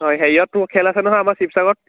হেৰিয়ত তোৰ খেল আছে নহয় আমাৰ শিৱসাগৰত